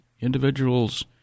individuals